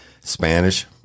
Spanish